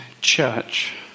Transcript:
church